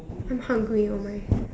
I'm hungry oh my